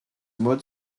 mode